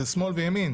זה שמאל וימין